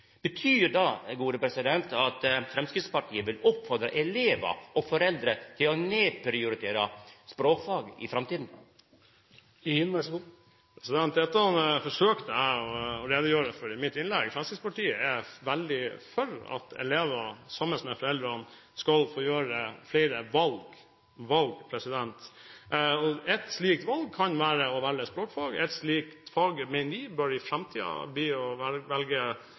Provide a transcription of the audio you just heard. Betyr det at Framstegspartiet vil oppfordra elevar og foreldre til å nedprioritera språkfag i framtida? Dette forsøkte jeg å redegjøre for i mitt innlegg. Fremskrittspartiet er veldig for at elever sammen med foreldre skal få gjøre flere valg. Et slikt valg kan være å velge språkfag. Et slikt valg, mener vi, bør i framtiden være å kunne velge